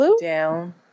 down